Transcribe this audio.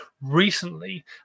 recently